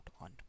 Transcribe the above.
on